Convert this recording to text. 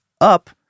up